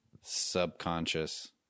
subconscious